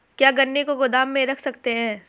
क्या गन्ने को गोदाम में रख सकते हैं?